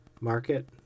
market